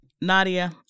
Nadia